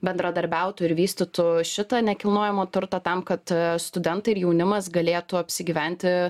bendradarbiautų ir vystytų šitą nekilnojamą turtą tam kad studentai ir jaunimas galėtų apsigyventi